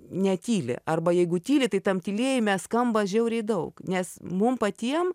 netyli arba jeigu tyli tai tam tylėjime skamba žiauriai daug nes mum patiem